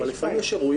אבל לפעמים יש אירועים